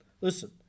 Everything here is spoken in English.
Listen